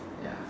ya